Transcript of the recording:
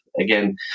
again